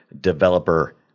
developer